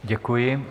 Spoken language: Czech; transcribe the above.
Děkuji.